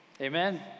amen